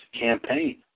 campaign